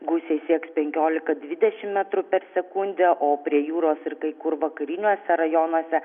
gūsiai sieks penkiolika dvidešimt metrų per sekundę o prie jūros ir kai kur vakariniuose rajonuose